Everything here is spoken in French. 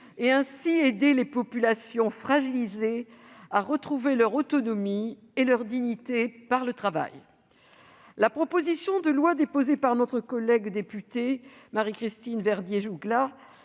et ainsi aider les populations fragilisées à retrouver leur autonomie et leur dignité par le travail. La proposition de loi déposée par notre collègue députée Marie-Christine Verdier-Jouclas